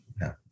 no